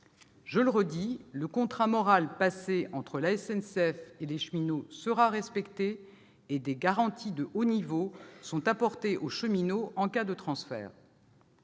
Je le redis, le contrat moral passé entre la SNCF et les cheminots sera respecté, et des garanties de haut niveau sont apportées aux cheminots en cas de transfert.